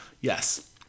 Yes